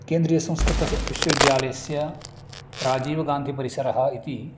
केन्द्रीयसंस्कृतं सः विश्वविद्यालयस्य राजीवगान्धिपरिसरः इति